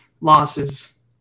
losses